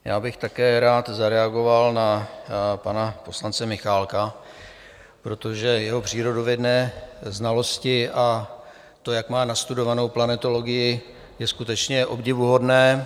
Já bych také rád zareagoval na pana poslance Michálka, protože jeho přírodovědné znalosti a to, jak má nastudovanou planetologii, je skutečně obdivuhodné.